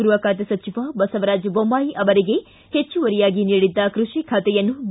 ಗೃಹ ಖಾತೆ ಸಚಿವ ಬಸವರಾಜ ಬೊಮ್ಮಾಯಿ ಅವರಿಗೆ ಹೆಚ್ಚುವರಿಯಾಗಿ ನೀಡಿದ್ದ ಕೃಷಿ ಖಾತೆಯನ್ನು ಬಿ